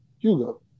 Hugo